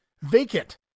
vacant